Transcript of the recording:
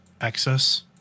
access